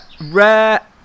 Rare